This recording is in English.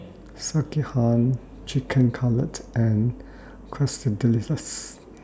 Sekihan Chicken Cutlet and Quesadillas